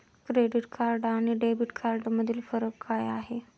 Credit card आणि debit कार्डमधील फरक काय आहे?